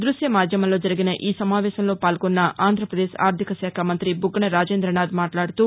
ద్భశ్యమాధ్యమంలో జరిగిన ఈ సమావేశంలో పాల్గొన్న ఆంధ్రప్రదేశ్ ఆర్థికశాఖ మంతి బుగ్గన రాజేంద్రనాథ్ మాట్లాడుతూ